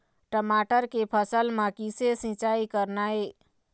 टमाटर के फसल म किसे सिचाई करना ये?